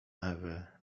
ewy